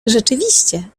rzeczywiście